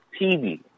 TV